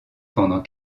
pendant